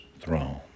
throne